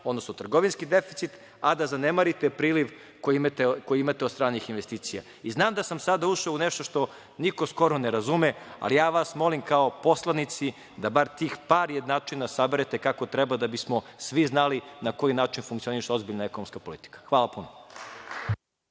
računa, trgovinski deficit, a da zanemarite priliv koji imate od stranih investicija. Znam da sam sada ušao u nešto što niko skoro ne razume, ali ja vas molim kao poslanike da bar tih par jednačina saberete kako treba, da bi smo svi znali na koji način funkcioniše ozbiljna ekonomska politika. Hvala puno.